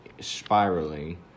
spiraling